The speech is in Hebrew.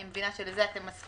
אני מבינה שלזה אתם מסכימים.